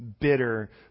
bitter